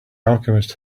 alchemist